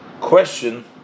question